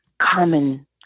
common